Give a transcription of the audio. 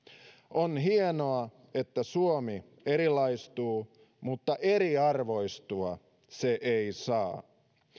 on hienoa että suomi erilaistuu mutta eriarvoistua se ei saa